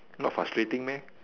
not frustrating meh